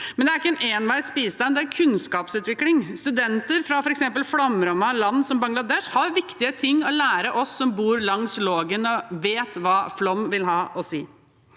Det er ikke en enveis bistand; det er kunnskapsutvikling. Studenter fra f.eks. flomrammede land som Bangladesh, har viktige ting å lære oss som bor langs Lågen, for de vet hva flom vil ha å si.